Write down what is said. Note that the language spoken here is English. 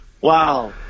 wow